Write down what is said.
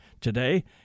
Today